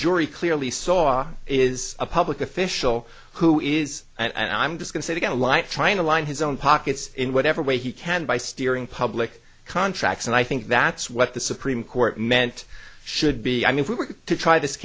jury clearly saw is a public official who is and i'm just going to get a life trying to line his own pockets in whatever way he can by steering public contracts and i think that's what the supreme court meant should be i mean if we were to try this